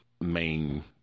main